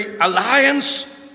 alliance